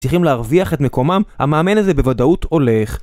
צריכים להרוויח את מקומם, המאמן הזה בוודאות הולך